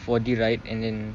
four D ride and then